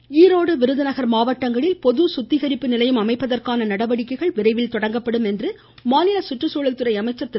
கருப்பண்ணன் ஈரோடு விருதுநகர் மாவட்டங்களில் பொது சுத்திகரிப்பு நிலையம் அமைப்பதற்கான நடவடிக்கைகள் விரைவில் தொடங்கப்படும் என்று மாநில சுற்றுச்சூழல்துறை அமைச்சர் திரு